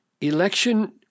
election